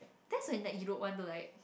that's when that you don't want to like